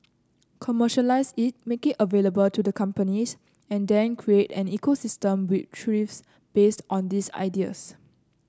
commercialise it make it available to the companies and then create an ecosystem which thrives based on these ideas